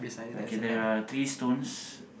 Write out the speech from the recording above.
okay there are three stones